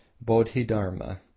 Bodhidharma